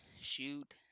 shoot